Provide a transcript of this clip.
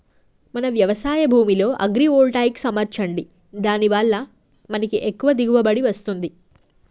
మన వ్యవసాయ భూమిలో అగ్రివోల్టాయిక్స్ అమర్చండి దాని వాళ్ళ మనకి ఎక్కువ దిగువబడి వస్తుంది